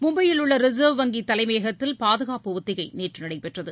மும்பையில் உள்ள ரிசர்வ் வங்கி தலைமையகத்தில் பாதுகாப்பு ஒத்திகை நேற்று நடைபெற்றது